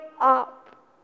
up